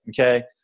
Okay